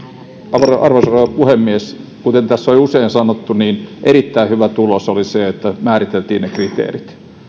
arvoisa rouva puhemies kuten tässä on jo usein sanottu erittäin hyvä tulos oli se että määriteltiin ne kriteerit